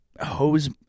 hose